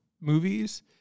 movies